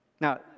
Now